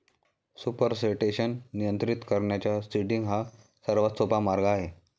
supersaturation नियंत्रित करण्याचा seeding हा सर्वात सोपा मार्ग आहे